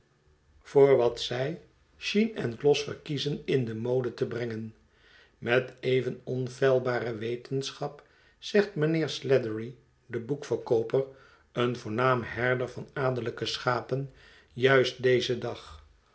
voor wat zij sheen en gloss verkiezen in de mode te hrengen met even onfeilbare wetenschap zegt mijnheer sladdery de boekverkooper een voornaam herder van adellijke schapen juist dezen dag